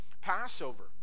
Passover